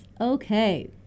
Okay